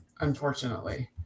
unfortunately